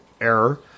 error